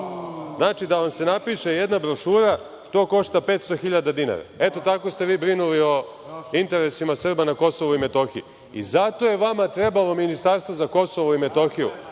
Znači, da vam se napiše jedna brošura, to košta 500.000 dinara. Eto, tako ste vi brinuli o interesima Srba na Kosovu i Metohiji. Zato je vama trebalo Ministarstvo za Kosovo i Metohiju,